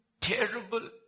terrible